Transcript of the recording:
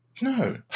No